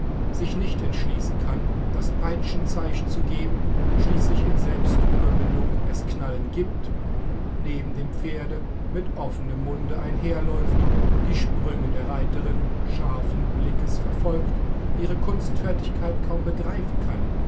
sich nicht entschließen kann das peitschenzeichen zu geben schließlich in selbstüberwindung es knallend gibt neben dem pferde mit offenem munde einherläuft die sprünge der reiterin scharfen blickes verfolgt ihre kunstfertigkeit kaum begreifen kann